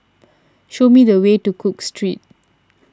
show me the way to Cook Street